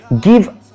Give